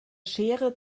schere